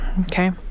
Okay